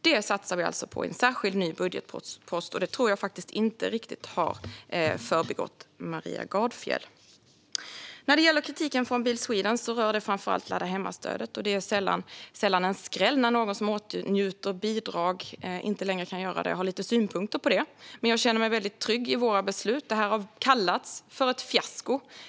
Det satsar vi på i en särskild ny budgetpost, och det tror jag faktiskt inte har undgått Maria Gardfjell. När det gäller kritiken från Bil Sweden rör den framför allt ladda-hemma-stödet. Det är sällan en skräll när någon som har åtnjutit bidrag och inte längre kan göra det har lite synpunkter på saken. Jag känner mig dock väldigt trygg i våra beslut, för detta har kallats ett fiasko.